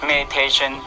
Meditation